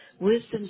Wisdom